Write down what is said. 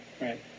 Right